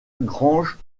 granges